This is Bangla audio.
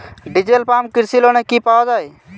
ডিজেল পাম্প কৃষি লোনে কি পাওয়া য়ায়?